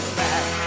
back